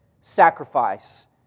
sacrifice